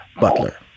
Butler